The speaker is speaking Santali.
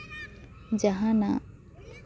ᱡᱟᱦᱟᱱᱟᱜ